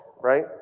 right